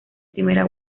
primera